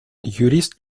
юрист